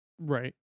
right